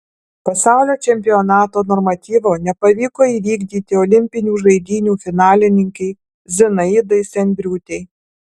pasaulio čempionato normatyvo nepavyko įvykdyti olimpinių žaidynių finalininkei zinaidai sendriūtei